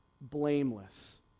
Blameless